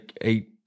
eight